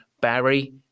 Barry